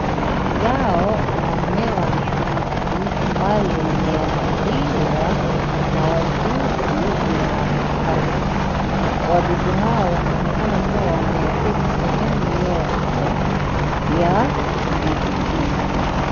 Zao la mmea wa ndizi ambalo limeathiriwa na wadudu linaonekana, wadudu hawa wanaonekana kuwa wameathiri sehemu yote ya ndizi hii.